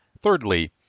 Thirdly